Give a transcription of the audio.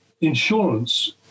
insurance